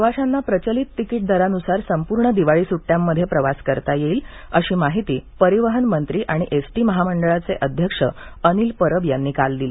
प्रवाशांना प्रचलित तिकीट दरानुसार संपूर्ण दिवाळी सुड्टयांमध्ये प्रवास करता येईल आहे अशी माहिती परिवहन मंत्री आणि एसटी महामंडळाचे अध्यक्ष अनिल परब यांनी काल दिली